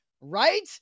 Right